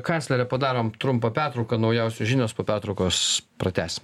kanclere padarom trumpą pertrauką naujausios žinios po pertraukos pratęsim